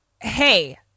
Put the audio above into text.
Hey